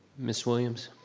ms. williams.